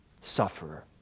sufferer